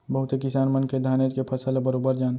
बहुते किसान मन के धानेच के फसल ल बरोबर जान